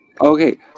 Okay